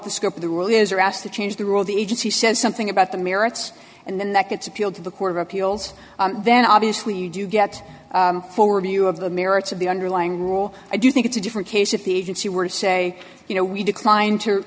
the scope of the rule is or asked to change the rule the agency says something about the merits and then that gets appealed to the court of appeals then obviously you do get forward view of the merits of the underlying rule i do think it's a different case if the agency were to say you know we declined to